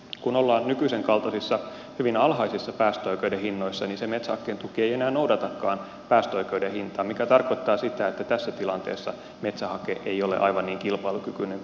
kun ollaan nykyisenkaltaisissa hyvin alhaisissa päästöoikeuden hinnoissa niin se metsähakkeen tuki ei enää noudatakaan päästöoikeuden hintaa mikä tarkoittaa sitä että tässä tilanteessa metsähake ei ole aivan niin kilpailukykyinen kuin sen kuuluisi olla